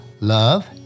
love